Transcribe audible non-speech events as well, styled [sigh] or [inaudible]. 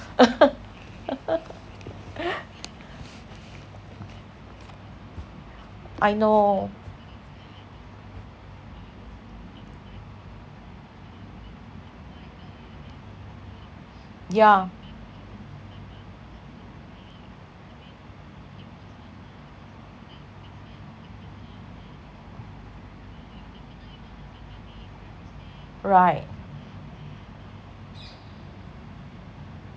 [laughs] I know yeah right